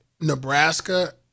Nebraska